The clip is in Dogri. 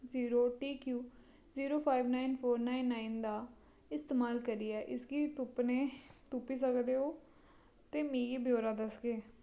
zero T Q zero five nine four nine nine दा इस्तेमाल करियै इस गी तुप्पने तुप्पी सकदे ओ ते मिगी ब्योरा दसगे